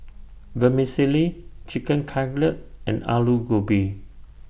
Vermicelli Chicken Cutlet and Alu Gobi